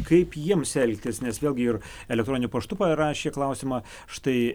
kaip jiems elgtis nes vėlgi ir elektroniniu paštu parašė klausimą štai